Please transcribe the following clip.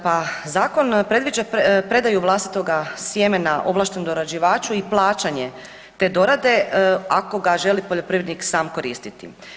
Pa zakon predviđa predaju vlastitoga sjemena ovlaštenom dorađivaču i plaćanje te dorade ako ga želi poljoprivrednik sam koristiti.